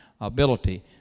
ability